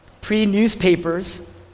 pre-newspapers